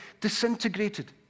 disintegrated